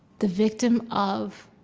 the victim of